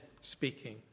speaking